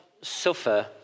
suffer